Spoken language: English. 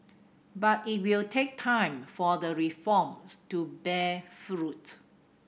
but it will take time for the reforms to bear fruit